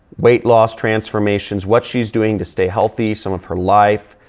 weight loss transformations. what she's doing to stay healthy some of her life,